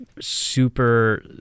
super